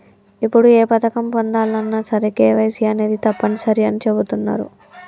ఇప్పుడు ఏ పథకం పొందాలన్నా సరే కేవైసీ అనేది తప్పనిసరి అని చెబుతున్నరు